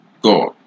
god